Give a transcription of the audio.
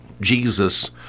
Jesus